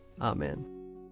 Amen